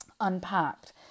unpacked